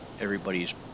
everybody's